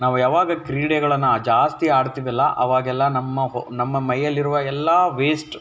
ನಾವು ಯಾವಾಗ ಕ್ರೀಡೆಗಳನ್ನು ಜಾಸ್ತಿ ಆಡ್ತೀವಲ್ಲಾ ಆವಾಗೆಲ್ಲ ನಮ್ಮ ಹೊ ನಮ್ಮ ಮೈಯಲ್ಲಿರುವ ಎಲ್ಲ ವೇಸ್ಟ್